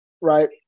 Right